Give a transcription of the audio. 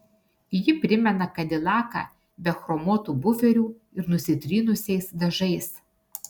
ji primena kadilaką be chromuotų buferių ir nusitrynusiais dažais